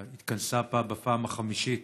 התכנסה בפעם החמישית